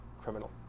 criminal